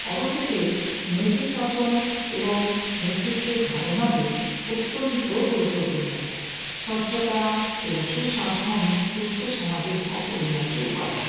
অবশেষে নৈতিক শাসন এবং নেতৃত্বের ধারণাটি অত্যন্ত গুরুত্বপূর্ণ স্বচ্ছতা এবং সুশাসন সুস্থ সমাজের অপরিহার্য উপাদান